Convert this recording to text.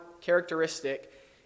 characteristic